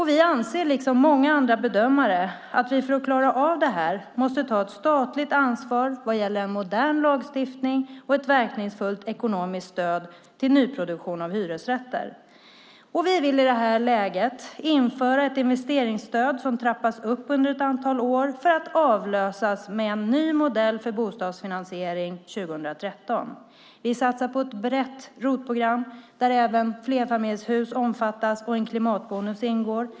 Vi liksom många bedömare anser att vi för att klara av detta måste ta ett statligt ansvar vad gäller en modern lagstiftning och införa ett verkningsfullt ekonomiskt stöd till nyproduktion av hyresrätter. Vi vill i detta läge införa ett investeringsstöd som trappas upp under ett antal år för att avlösas av en ny modell för bostadsfinansiering 2013. Vi satsar på ett brett ROT-program som även omfattar flerfamiljshus och där en klimatbonus ingår.